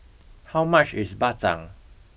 how much is bak chang